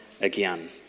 again